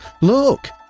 Look